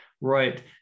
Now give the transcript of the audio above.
Right